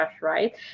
right